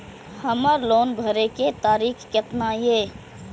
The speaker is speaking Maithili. हमर लोन भरे के तारीख केतना ये?